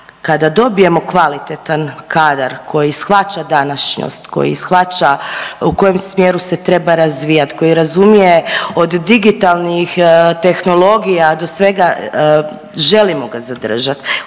Kada dobijemo kvalitetan kadar koji shvaća današnjost, koji shvaća u kojem smjeru se treba razvijati, koji razumije od digitalnih tehnologija do svega želimo ga zadržati.